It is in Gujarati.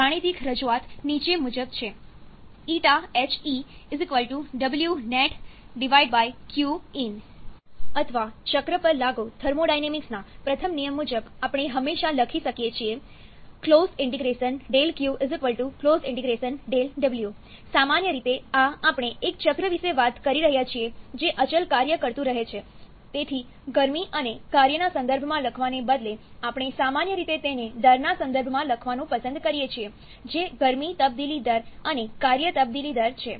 ગાણિતિક રજૂઆત નીચે મુજબ છે ƞHE WnetQin અથવા ચક્ર પર લાગુ થર્મોડાયનેમિક્સના પ્રથમ નિયમ મુજબ આપણે હંમેશા લખી શકીએ છીએ δQ δW સામાન્ય રીતે આ આપણે એક ચક્ર વિશે વાત કરી રહ્યા છીએ જે અચલ કાર્ય કરતું રહે છે તેથી ગરમી અને કાર્યના સંદર્ભમાં લખવાને બદલે આપણે સામાન્ય રીતે તેને દરના સંદર્ભમાં લખવાનું પસંદ કરીએ છીએ જે ગરમી તબદીલી દર અને કાર્ય તબદીલી દર છે